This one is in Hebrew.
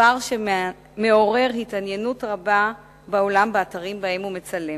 דבר שמעורר בעולם התעניינות רבה באתרים שבהם הוא מצלם.